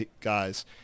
guys